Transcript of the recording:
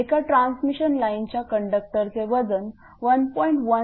एका ट्रान्समिशन लाईनच्या कंडक्टरचे वजन 1